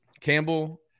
Campbell